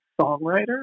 songwriter